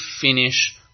finish